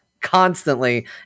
constantly